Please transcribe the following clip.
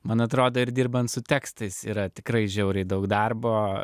man atrodė ir dirbant su tekstais yra tikrai žiauriai daug darbo